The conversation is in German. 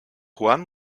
juan